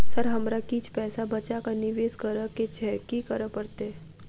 Sir हमरा किछ पैसा बचा कऽ निवेश करऽ केँ छैय की करऽ परतै?